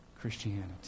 Christianity